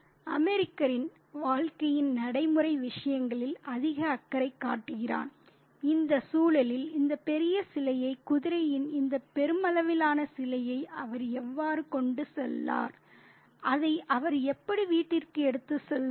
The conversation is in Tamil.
அமெரிக்கன் வாழ்க்கையின் நடைமுறை விஷயங்களில் அதிக அக்கறை காட்டுகிறான் இந்த சூழலில் இந்த பெரிய சிலையை குதிரையின் இந்த பெருமளவிலான சிலையை அவர் எவ்வாறு கொண்டு செல்வார் அதை அவர் எப்படி வீட்டிற்கு எடுத்துச் செல்வார்